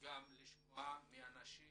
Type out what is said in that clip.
לשמוע מהאנשים